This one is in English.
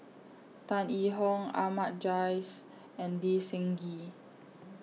Tan Yee Hong Ahmad Jais and Lee Seng Gee